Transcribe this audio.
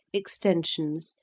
extensions,